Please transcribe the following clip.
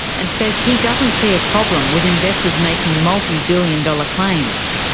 and says he doesn't see a problem with investors making multi-billion dollar claims.